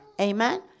Amen